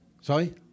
Sorry